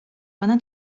pana